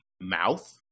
mouth